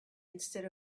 instead